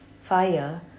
fire